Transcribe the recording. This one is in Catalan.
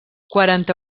quaranta